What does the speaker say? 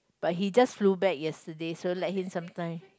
but he just flew back yesterday so just let him some time